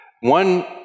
one